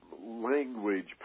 language